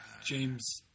James